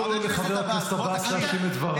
נא לאפשר לחבר הכנסת עבאס להשלים את דבריו.